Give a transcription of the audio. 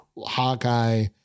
Hawkeye